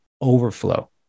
overflow